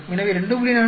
எனவே 2